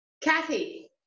Kathy